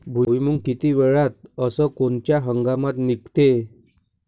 भुईमुंग किती वेळात अस कोनच्या हंगामात निगते?